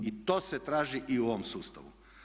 I to se traži i u ovom sustavu.